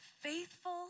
Faithful